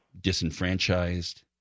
disenfranchised